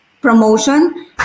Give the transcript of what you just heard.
promotion